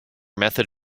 method